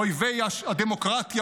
"אויבי הדמוקרטיה",